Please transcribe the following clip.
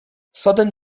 sudden